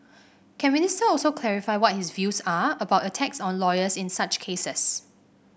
can Minister also clarify what his views are about attacks on lawyers in such cases